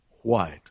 white